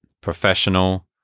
professional